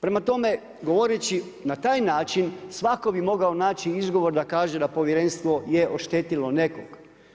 Prema tome, govoreći na taj način svatko bi mogao naći izgovor da kaže da povjerenstvo je oštetilo nekog.